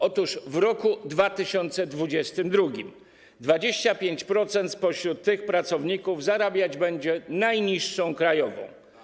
Otóż w 2022 r. 25% spośród tych pracowników zarabiać będzie najniższą krajową.